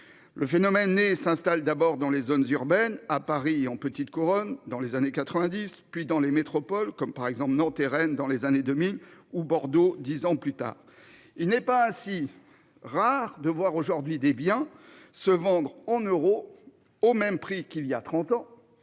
Le phénomène et s'installe d'abord dans les zones urbaines à Paris et en petite couronne dans les années 90, puis dans les métropoles comme par exemple Nantes RN dans les années 2000 ou Bordeaux. 10 ans plus tard, il n'est pas si rare de voir aujourd'hui des bien se vendre en euros au même prix qu'il y a 30 ans.